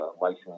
license